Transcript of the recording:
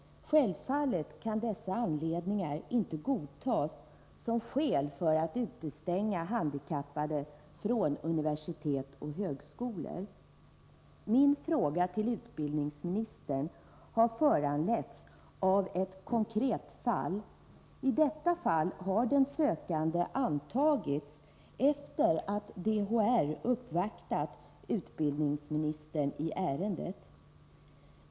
Självfallet kan dessa faktorer inte godtas som skäl för att utestänga handikappade från universitet och högskolor. Min fråga till utbildningsministern har föranletts av ett konkret fall. I det fallet har den sökande antagits, efter det att DHR uppvaktat utbildningsministern i ärendet.